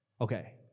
Okay